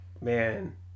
man